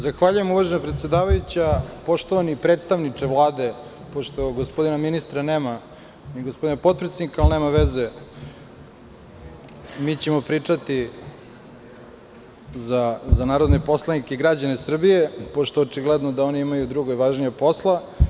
Zahvaljujem uvažena predsedavajuća, poštovani predstavniče Vlade, pošto gospodina ministra nema, ni gospodina potpredsednika, nema veze, mi ćemo pričati za narodne poslanike i građane Srbije, pošto očigledno da oni imaju druga i važnija posla.